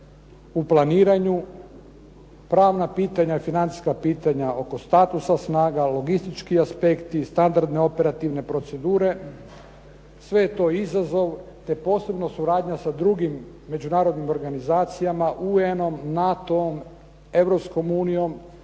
u planiranju, pravna pitanja i financijska pitanja oko statusa snaga, logistički aspekti, standardne operativne procedure, sve je to izazov, te posebno suradnja sa drugim međunarodnim organizacijama, UN-om, NATO-om,